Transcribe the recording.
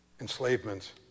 enslavement